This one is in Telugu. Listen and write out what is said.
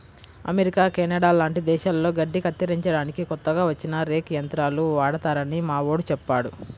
అమెరికా, కెనడా లాంటి దేశాల్లో గడ్డి కత్తిరించడానికి కొత్తగా వచ్చిన రేక్ యంత్రాలు వాడతారని మావోడు చెప్పాడు